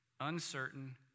Uncertain